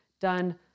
done